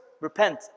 Repent